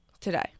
today